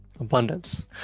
Abundance